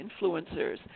influencers